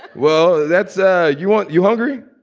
well, that's ah you. aren't you hungry?